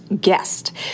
guest